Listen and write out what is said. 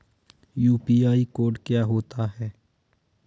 UPI code क्या होता है?